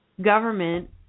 government